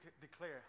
declare